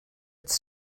its